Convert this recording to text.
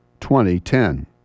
2010